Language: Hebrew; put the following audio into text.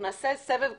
אנחנו נעשה סבב קצר.